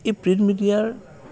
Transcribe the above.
এই প্ৰিণ্ট মিডিয়াৰ